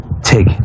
take